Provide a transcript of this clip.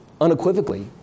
unequivocally